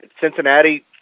Cincinnati